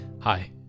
Hi